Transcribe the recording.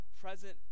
present